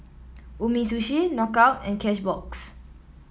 Umisushi Knockout and Cashbox